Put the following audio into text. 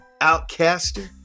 Outcaster